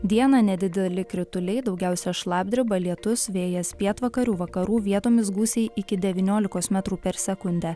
dieną nedideli krituliai daugiausia šlapdriba lietus vėjas pietvakarių vakarų vietomis gūsiai iki devyniolikos metrų per sekundę